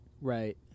Right